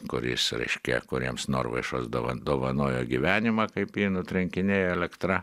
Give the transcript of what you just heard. kuris reiškia kuriems norvaišos dovanojo gyvenimą kaip jį nutrenkinėjo elektra